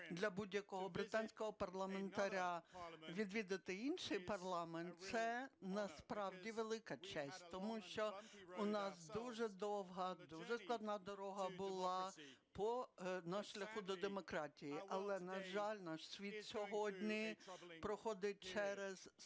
британського парламентаря відвідати інший парламент – це насправді велика честь, тому що в нас дуже довга, дуже складна дорога була на шляху до демократії. Але, на жаль, наш світ сьогодні проходить через